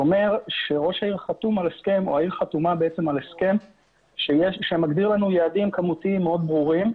זה אומר שהעיר חתומה על הסכם שמגדיר לנו יעדים כמותיים מאוד ברורים.